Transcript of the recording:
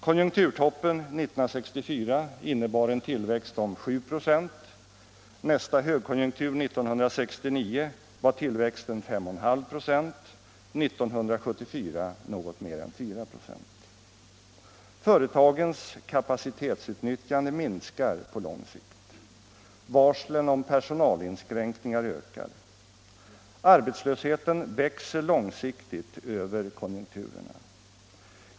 Konjunkturtoppen 1964 innebar en tillväxt om 7,0 procent, nästa högkonjunktur 1969 var tillväxten 5,6 procent, 1974 något mer än 4 procent. Företagens kapacitetsutnyttjande minskar på lång sikt. Varslen om personalinskränk ningar ökar. Arbetslösheten växer långsiktigt över konjunkturerna.